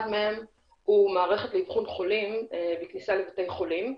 אחד מהם הוא מערכת לאבחון חולים בכניסה לבתי חולים.